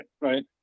right